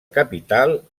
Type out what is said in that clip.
capital